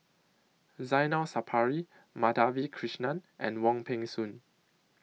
Zainal Sapari Madhavi Krishnan and Wong Peng Soon